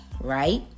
Right